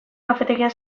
kafetegian